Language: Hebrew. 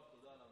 תודה.